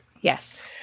Yes